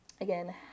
again